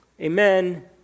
amen